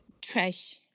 trash